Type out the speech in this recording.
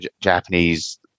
Japanese